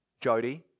Jody